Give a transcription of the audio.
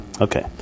Okay